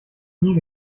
noch